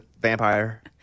vampire